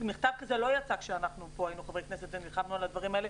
מכתב כזה לא יצא כשהיינו פה חברי כנסת ונלחמנו על הדברים האלה.